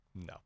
no